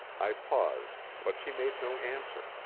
i paused, but she made no answer.